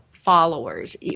followers